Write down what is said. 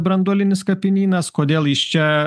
branduolinis kapinynas kodėl jis čia